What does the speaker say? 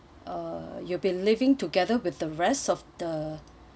uh you'll be leaving together with the rest of the